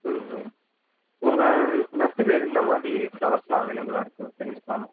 ம் ம் உங்கள் நர்சரியில என்ன மாதிரி ஃப்ளவர்ஸ்லாம் அவைலபிளாக இருக்கு தெரிஞ்சிக்கலாமா